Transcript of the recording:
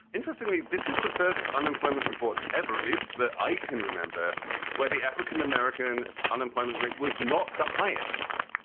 interestingly, this is the first unemployment report ever, at least that i can remember where the african-american unemployment rate was not the highest.